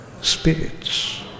Spirits